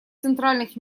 центральных